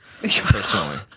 personally